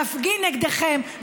מפגין נגדכם,